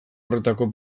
horretako